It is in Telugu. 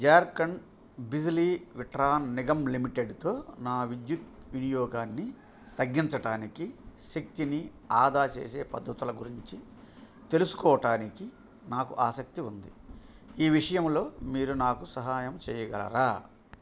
జార్ఖండ్ బిజిలీ విట్రాన్ నిగమ్ లిమిటెడ్తో నా విద్యుత్ వినియోగాన్ని తగ్గించటానికి శక్తిని ఆదా చేసే పద్ధతుల గురించి తెలుసుకోవటానికి నాకు ఆసక్తి ఉంది ఈ విషయంలో మీరు నాకు సహాయం చేయగలరా